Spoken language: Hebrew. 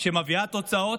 שמביאה תוצאות.